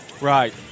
Right